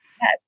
Yes